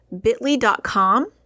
bit.ly.com